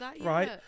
Right